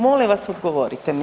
Molim vas, odgovorite mi.